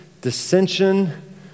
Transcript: dissension